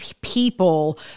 people